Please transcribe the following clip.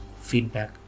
feedback